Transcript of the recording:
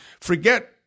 Forget